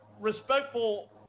respectful